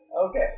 Okay